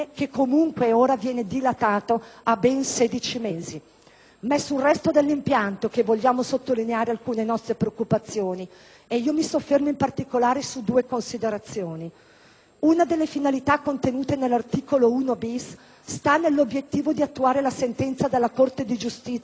Ma è sul resto dell'impianto che vogliamo sottolineare alcune nostre preoccupazioni e mi soffermo in particolare su due considerazioni. Una delle finalità contenute nell'articolo 1-*bis* sta nell'obiettivo di attuare la sentenza della Corte di giustizia delle Comunità europee del 13 settembre 2007,